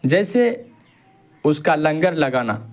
جیسے اس کا لنگر لگانا